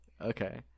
Okay